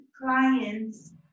clients